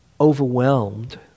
overwhelmed